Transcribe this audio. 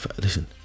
listen